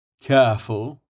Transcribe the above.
Careful